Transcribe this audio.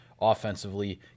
offensively